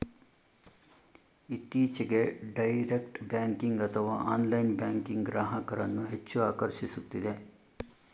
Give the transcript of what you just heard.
ಇತ್ತೀಚೆಗೆ direct banking ಅಥವಾ online banking ಗ್ರಾಹಕರನ್ನು ಹೆಚ್ಚು ಆಕರ್ಷಿಸುತ್ತಿದೆ